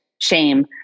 shame